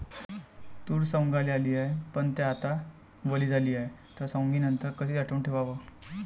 तूर सवंगाले आली हाये, पन थे आता वली झाली हाये, त सवंगनीनंतर कशी साठवून ठेवाव?